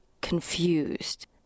confused